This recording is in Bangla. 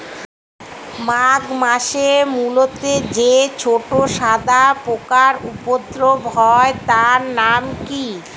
মাঘ মাসে মূলোতে যে ছোট সাদা পোকার উপদ্রব হয় তার নাম কি?